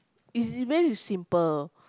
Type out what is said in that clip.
is very simple